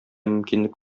мөмкинлек